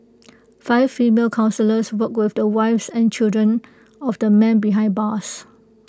five female counsellors worked with the wives and children of the men behind bars